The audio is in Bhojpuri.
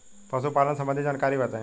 पशुपालन सबंधी जानकारी बताई?